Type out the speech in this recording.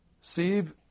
Steve